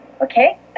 Okay